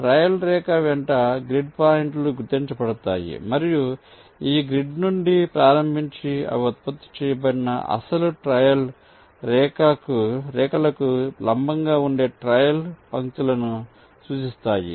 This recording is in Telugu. ట్రయల్ రేఖ వెంట గ్రిడ్ పాయింట్లు గుర్తించబడతాయి మరియు ఈ గ్రిడ్ నుండి ప్రారంభించి అవి ఉత్పత్తి చేయబడిన అసలు ట్రయల్ రేఖలకు లంబంగా ఉండే ట్రయల్ పంక్తులను సూచిస్తాయి